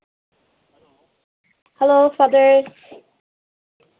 hello father